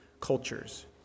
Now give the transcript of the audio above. cultures